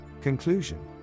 Conclusion